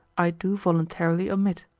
i do voluntarily omit.